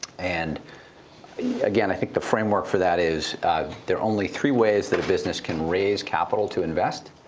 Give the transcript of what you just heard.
and again, i think the framework for that is there only three ways that business can raise capital to invest.